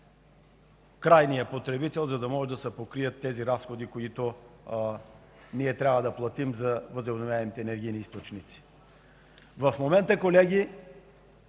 крайния потребител, за да могат да се покрият тези разходи, които ние трябва да платим от възобновяемите енергийни източници. Колеги,